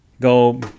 go